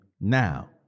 now